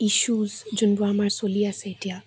issues যোনবোৰ আমাৰ চলি আছে এতিয়া